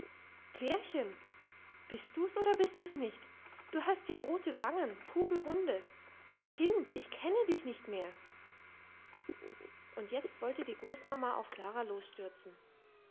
klärchen bist du's oder bist du's nicht du hast ja rote wangen kugelrunde kind ich kenne dich nicht mehr jetzt wollte die großmama auf klara losstürzen